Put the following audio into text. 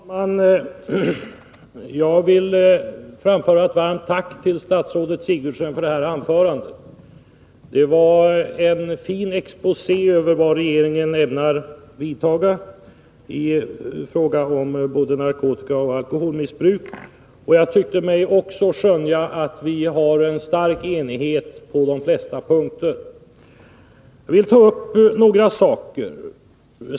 Fru talman! Jag vill framföra ett varmt tack till statsrådet Sigurdsen för det här anförandet. Det var en en fin exposé över vad regeringen ämnar göra i fråga om både narkotikaoch alkoholmissbruk, och jag tyekte mig också skönja att vi har en stor enighet på de flesta punkter. Jag vill kommentera några saker.